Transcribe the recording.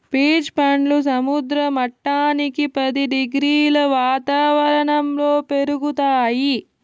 peach పండ్లు సముద్ర మట్టానికి పది డిగ్రీల వాతావరణంలో పెరుగుతాయి